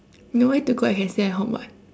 nowhere to go I can stay at home [what]